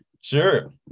sure